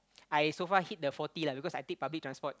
I so far hit the forty lah because I take public transport